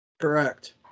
Correct